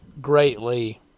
greatly